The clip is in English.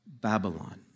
Babylon